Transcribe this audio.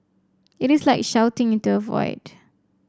it is like shouting into a void